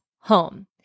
home